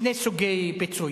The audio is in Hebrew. שני סוגי פיצוי,